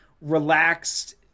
relaxed